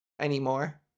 anymore